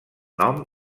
nom